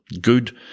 Good